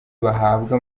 bahabwa